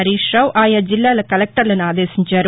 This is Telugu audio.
హరీష్రావు ఆయా జిల్లాల కలెక్టర్లను ఆదేశించారు